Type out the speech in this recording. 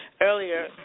earlier